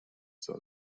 soll